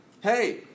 hey